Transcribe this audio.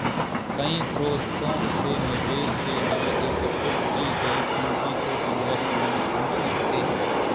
कई स्रोतों से निवेश के लिए एकत्रित की गई पूंजी को इनवेस्टमेंट फंड कहते हैं